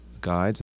guides